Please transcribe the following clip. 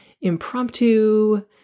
impromptu